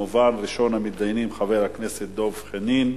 ראשון המתדיינים, חבר הכנסת דב חנין,